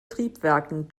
triebwerken